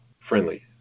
friendly